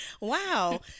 wow